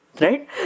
right